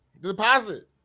deposit